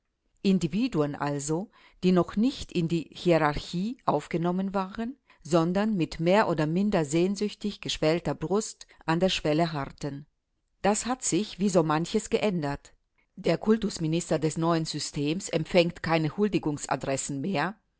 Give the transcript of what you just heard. individuen also die noch nicht in die hierarchie aufgenommen waren sondern mit mehr oder minder sehnsüchtig geschwellter brust an der schwelle harrten das hat sich wie so manches geändert der kultusminister des neuen systems empfängt keine huldigungsadressen mehr